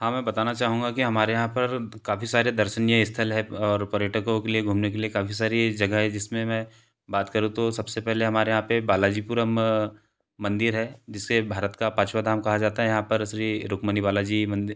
हाँ मैं बताना चाहूँगा कि हमारे यहाँ पर काफ़ी सारे दर्शनीय स्थल है और पर्यटकों के लिए घूमने के लिए काफ़ी सारी जगह है जिसमें मैं बात करूँ तो सबसे पहले हमारे यहाँ पर बालाजीपुरम मंदिर है जिसे भारत का पाँचवा धाम कहा जाता है यहाँ पर श्री रुक्मिणी बालाजी मंदिर